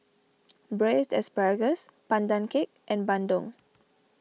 Braised Asparagus Pandan Cake and Bandung